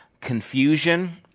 confusion